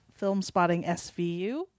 filmspottingsvu